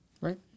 Right